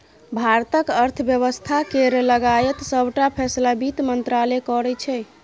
भारतक अर्थ बेबस्था केर लगाएत सबटा फैसला बित्त मंत्रालय करै छै